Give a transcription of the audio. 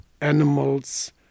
animals